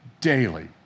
daily